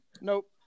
Nope